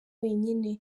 wenyine